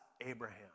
Abraham